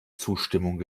zustimmung